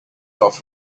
off